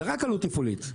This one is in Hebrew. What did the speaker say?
זו רק עלות תפעולית.